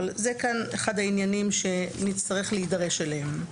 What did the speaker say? אבל זה כאן אחד העניינים שנצטרך להידרש אליהם.